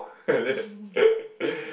like that